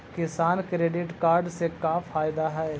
किसान credit card से का फायदा है?